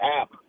app